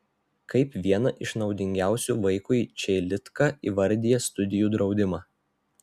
kaip vieną iš naudingiausių vaikui čeilitka įvardija studijų draudimą